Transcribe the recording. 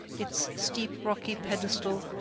its steep rocky pedestal,